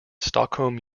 stockholm